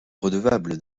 redevable